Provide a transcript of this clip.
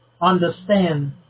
understand